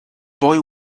boy